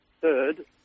third